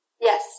yes